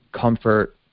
comfort